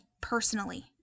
personally